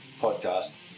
podcast